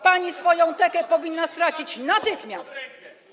Pani swoją tekę powinna stracić natychmiast.